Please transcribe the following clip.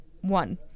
one